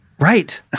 Right